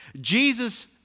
Jesus